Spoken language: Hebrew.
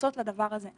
נכנסות לדבר הזה,